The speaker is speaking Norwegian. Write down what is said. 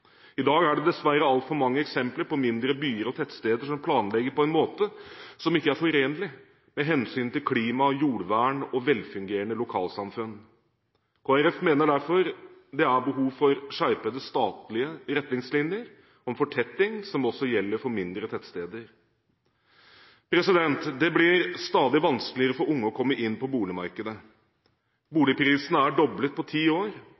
I dag er det dessverre alt for mange eksempel på mindre byer og tettsteder som planlegger på en måte som ikke er forenlig med hensyn til klima, jordvern og velfungerende lokalsamfunn. Kristelig Folkeparti mener derfor det er behov for skjerpede statlige retningslinjer om fortetting som også gjelder for mindre tettsteder. Det blir stadig vanskeligere for unge å komme inn på boligmarkedet. Boligprisene er doblet på ti år